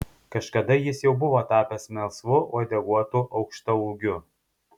kažkada jis jau buvo tapęs melsvu uodeguotu aukštaūgiu